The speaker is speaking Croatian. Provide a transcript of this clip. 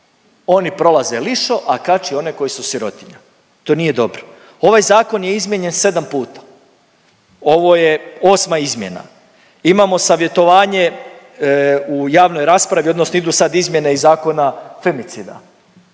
oni prolaze lišo, a kači one koji su sirotinja. To nije dobro. Ovaj zakon je izmijenjen 7 puta, ovo je osma izmjena. Imamo savjetovanje u javnoj raspravi, odnosno idu sad izmjene i zakona femicida.